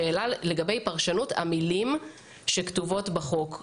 שאלה לגבי פרשנות המילים שכתובות בחוק.